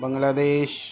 بنگلہ دیش